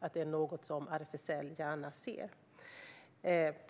att RFSL gärna ser detta.